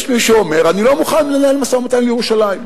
יש מי שאומר: אני לא מוכן לנהל משא-ומתן על ירושלים.